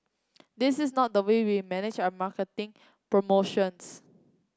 this is not the way we manage our marketing promotions